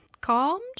calmed